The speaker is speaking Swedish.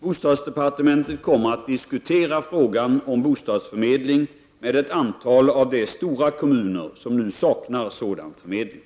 Bostadsdepartementet kommer att diskutera frågan om bostadsförmedling med ett antal av de stora kommuner som nu saknar sådan förmedling.